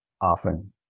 Often